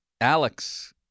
Alex